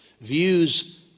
views